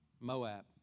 Moab